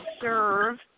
serve